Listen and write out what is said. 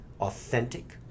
authentic